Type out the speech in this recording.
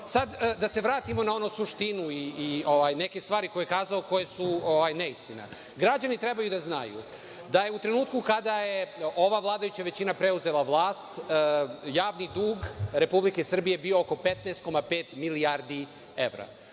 minuta. Da se vratimo na onu suštinu i neke stvari koje je kazao, a koje su neistina. Građani treba da znaju da u trenutku kada je ova vladajuća većina preuzela vlast, javni dug Republike Srbije je bio oko 15,5 milijardi evra.